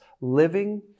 living